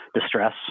distress